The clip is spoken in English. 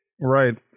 Right